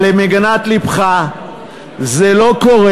אבל למגינת לבך זה לא קורה.